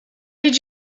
did